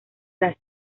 las